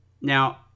Now